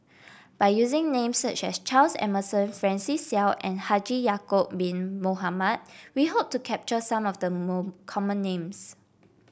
by using names such as Charles Emmerson Francis Seow and Haji Ya'acob Bin Mohamed we hope to capture some of the common names